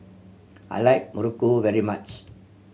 I like muruku very much